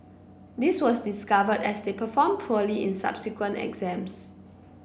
this was discovered as they performed poorly in subsequent exams